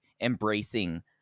embracing